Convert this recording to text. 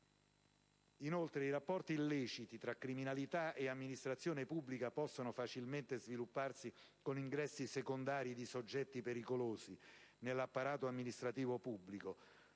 Inoltre, i rapporti illeciti tra criminalità e amministrazione pubblica possono facilmente svilupparsi con ingressi "secondari" di soggetti pericolosi nell'apparato amministrativo pubblico,